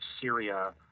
Syria